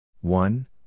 one